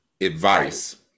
advice